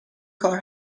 کار